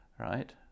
right